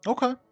Okay